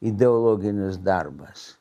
ideologinis darbas